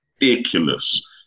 ridiculous